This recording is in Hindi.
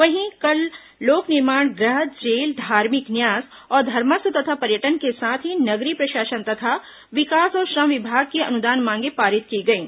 वहीं कल लोक निर्माण गृह जेल धार्मिक न्यास और धर्मस्व तथा पर्यटन के साथ ही नगरीय प्रशासन तथा विकास और श्रम विभाग की अनुदान मांगें पारित की गईं